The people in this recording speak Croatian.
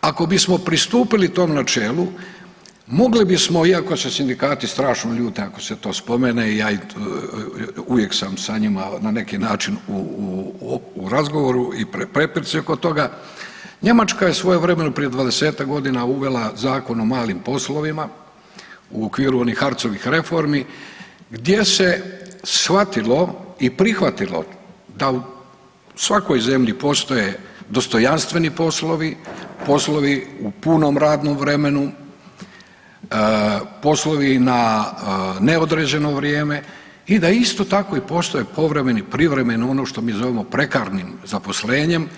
Ako bismo pristupili tom načelu mogli bismo iako se sindikati strašno ljute ako se to spomene i uvijek sa njima u razgovoru i prepirci oko toga, Njemačka je svojevremeno prije 20-tak godina uvela zakon o malim poslovima u okviru onih Harcovih reformi gdje se shvatilo i prihvatilo da u svakoj zemlji postoje dostojanstveni poslovi, poslovi u punom radnom vremenu, poslovi na neodređeno vrijeme i da isto tako i postoje povremeni, privremeno ono što mi zovemo prekarnim zaposlenjem